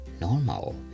normal